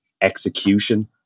execution